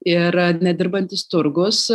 ir nedirbantis turgus